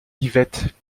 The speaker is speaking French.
yvette